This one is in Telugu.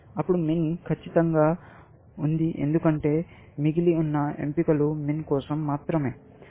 అప్పుడు MIN ఖచ్చితంగా ఉంది ఎందుకంటే మిగిలి ఉన్న ఎంపికలు MIN కోసం మాత్రమే